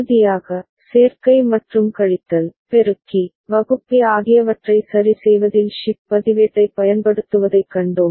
இறுதியாக சேர்க்கை மற்றும் கழித்தல் பெருக்கி வகுப்பி ஆகியவற்றை சரி செய்வதில் ஷிப்ட் பதிவேட்டைப் பயன்படுத்துவதைக் கண்டோம்